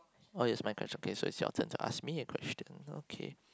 oh it's my question so it its your turn to ask me a question okay